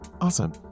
Awesome